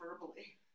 verbally